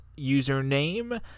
username